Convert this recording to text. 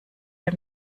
der